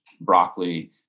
broccoli